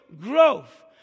growth